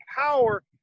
power